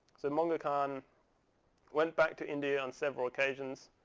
so monga khan went back to india on several occasions.